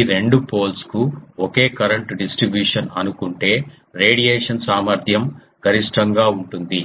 ఈ రెండు పోల్స్ కు ఒకే కరెంట్ డిస్ట్రిబ్యూషన్ అనుకుంటే రేడియేషన్ సామర్థ్యం గరిష్టంగా ఉంటుంది